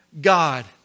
God